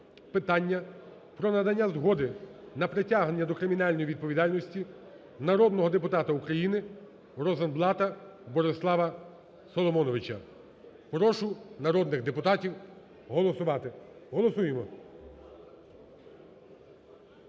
питання про надання згоди на притягнення до кримінальної відповідальності народного депутата України Розенблата Борислава Соломоновича. Прошу народних депутатів голосувати. Голосуємо!